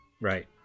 Right